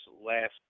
last